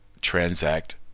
transact